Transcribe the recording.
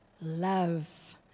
love